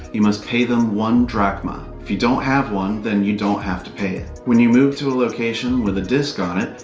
you must pay them one drachma. if you don't have one, then you don't have to pay it. when you move to a location with a disc on it,